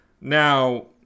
Now